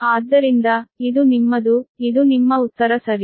ಆದ್ದರಿಂದ ಇದು ನಿಮ್ಮದು ಇದು ನಿಮ್ಮ ಉತ್ತರ ಸರಿ